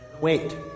Wait